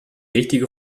richtige